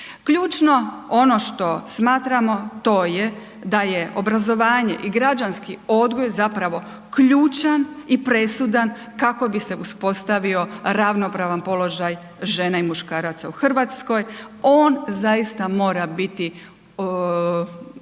Ključno ono što smatramo to je da je obrazovanje i građanski odgoj zapravo ključan i presudan kako bi se uspostavio ravnopravan položaj žena i muškaraca u RH, on zaista mora biti